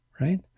Right